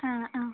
ആ ആ